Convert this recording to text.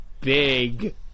big